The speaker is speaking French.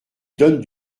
donne